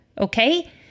okay